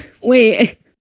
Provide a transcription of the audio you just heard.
Wait